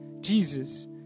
Jesus